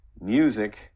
music